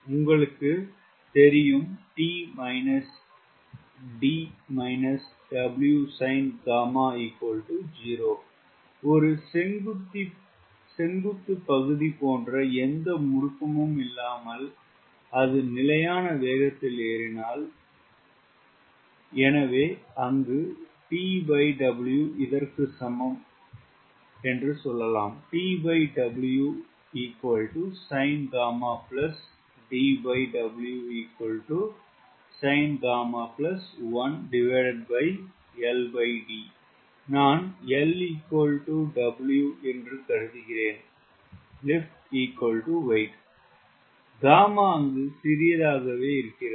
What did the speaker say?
உங்களுக்கு இது தெரியும் ஒரு செங்குத்து பகுதி போன்ற எந்த முடுக்கமும் இல்லாமல் அது நிலையான வேகத்தில் ஏறினால் எனவே T W இதற்கு சமம் நான் LW என்று கருதுகிறேன் காமா சிறியதாக இருக்கிறது